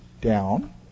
Down